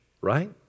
right